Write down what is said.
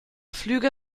flüge